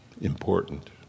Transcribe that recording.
important